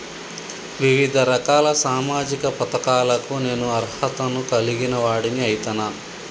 వివిధ రకాల సామాజిక పథకాలకు నేను అర్హత ను కలిగిన వాడిని అయితనా?